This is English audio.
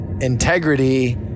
integrity